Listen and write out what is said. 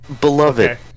beloved